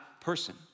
person